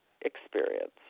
experience